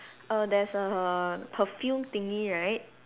err there's a perfume thingy right